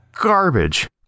garbage